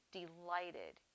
delighted